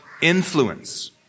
influence